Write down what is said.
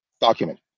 document